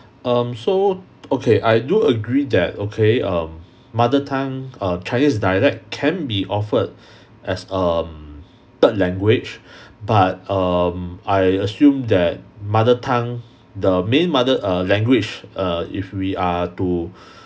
um so okay I do agree that okay um mother tongue err chinese dialect can be offered as a um third language but um I assume that mother tongue the main mother err language err if we are to